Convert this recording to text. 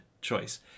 choice